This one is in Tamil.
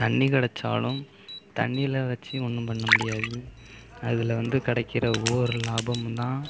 தண்ணி கிடைச்சாலும் தண்ணியில் வச்சு ஒன்றும் பண்ண முடியாது அதில் வந்து கிடைக்கிற ஒவ்வொரு லாபமும் தான்